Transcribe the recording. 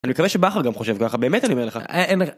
אני מקווה שבכר גם חושב ככה באמת אני אומר לך.